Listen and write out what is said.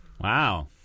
Wow